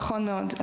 נכון מאוד.